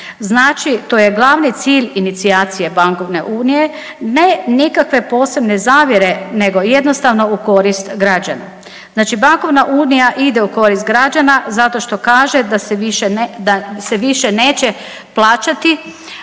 Znači to je glavni cilj inicijacije bankovne unije, ne nikakve posebne zavjere nego jednostavno u koristi građana. Znači bankovna unija ide u korist građana zato što kaže da se više ne, da